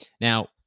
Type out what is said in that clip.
Now